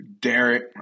Derek